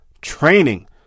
Training